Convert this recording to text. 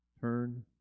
Turn